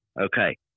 Okay